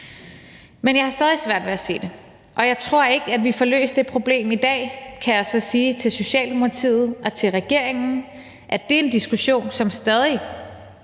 men jeg har stadig svært ved at se det, og jeg tror ikke, at vi får løst det problem i dag, kan jeg så sige til Socialdemokratiet og til regeringen, men det er en diskussion, som vi stadig